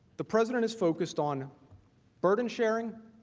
the president is focused on burden sharing